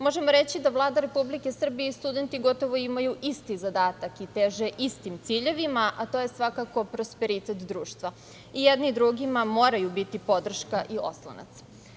Možemo reći da Vlada Republike Srbije i studenti gotovo imaju isti zadatak i teže istim ciljevima, a to je svakako prosperitet društva i jedni drugima moraju biti podrška i oslonac.